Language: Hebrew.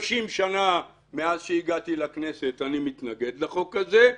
30 שנה מאז שהגעתי לכנסת אני מתנגד לחוק הזה.